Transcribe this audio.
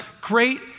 great